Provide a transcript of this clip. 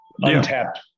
untapped